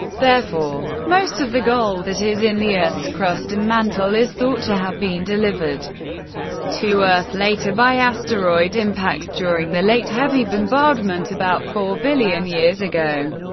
therefore, most of the gold that is in the earth's crust and mantle is thought to have been delivered to earth later, by asteroid impacts during the late heavy bombardment, about four billion years ago.